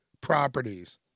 properties